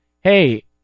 hey